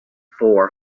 for